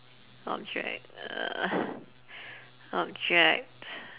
object uh object